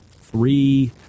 three